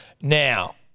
now